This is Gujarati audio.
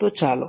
તો ચાલો